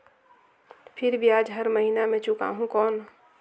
फिर ब्याज हर महीना मे चुकाहू कौन?